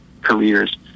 careers